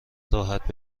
راحت